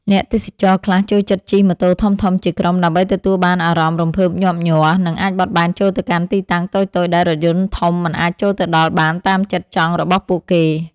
អ្នកទេសចរខ្លះចូលចិត្តជិះម៉ូតូធំៗជាក្រុមដើម្បីទទួលបានអារម្មណ៍រំភើបញាប់ញ័រ និង អាចបត់បែនចូលទៅកាន់ទីតាំងតូចៗដែលរថយន្តធំមិនអាចចូលទៅដល់បានតាមចិត្តចង់របស់ពួកគេ។